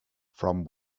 from